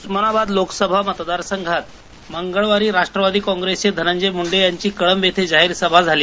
उस्मानाबाद लोकसभा मतदारसंघात मंगळवारी राष्ट्रवादी काँग्रेसचे धनंजय मुंडे यांची काल कळंब इथं जाहीर सभा झाली